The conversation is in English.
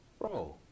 bro